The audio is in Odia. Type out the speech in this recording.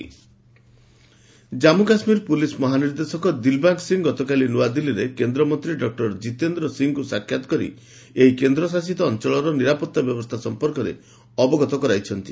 ଟେରର୍ କେକେ ଜନ୍ମୁ କାଶ୍ମୀର ପୁଲିସ୍ ମହାନିର୍ଦ୍ଦେଶକ ଦିଲ୍ବାଗ୍ ସିଂହ ଗତକାଲି ନ୍ତଆଦିଲ୍ଲୀରେ କେନ୍ଦ୍ରମନ୍ତ୍ରୀ ଡକ୍ଟର କିତେନ୍ଦ୍ର ସିଂଙ୍କୁ ସାକ୍ଷାତ୍ କରି ଏହି କେନ୍ଦ୍ରଶାସିତ ଅଞ୍ଚଳର ନିରାପତ୍ତା ବ୍ୟବସ୍ଥା ସମ୍ପର୍କରେ ଅବଗତ କରାଇଛନ୍ତି